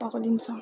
पागल इन्सान